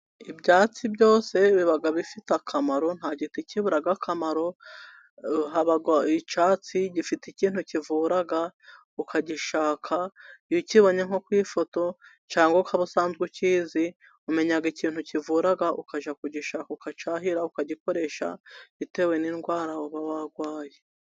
Ibyatsi byose biba bifite akamaro. Nta giti kibura akamaro, haba icyatsi gifite ikintu kivura, ukagishaka. Iyo ukibonye, nko ku ifoto cyangwa ukaba usanzwe ukizi, umenya ikintu kivura, ukajya kugishaka, ukacyahira, ukagikoresha bitewe n’indwara uba warwaye.